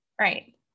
Right